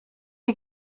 die